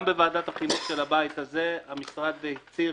גם בוועדת החינוך של הבית הזה המשרד הצהיר,